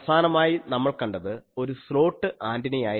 അവസാനമായി നമ്മൾ കണ്ടത് ഒരു സ്ലോട്ട് ആന്റിനയായിരുന്നു